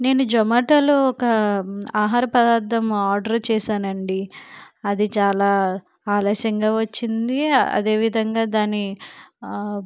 నేను జోమాటాలో ఒక ఆహార పదార్థం ఆర్డర్ చేశానండి అది చాలా ఆలస్యంగా వచ్చింది అదే విధంగా దాని